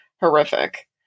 horrific